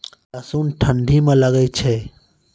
लहसुन ठंडी मे लगे जा?